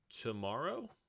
tomorrow